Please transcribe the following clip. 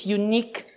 unique